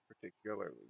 particularly